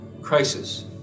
crisis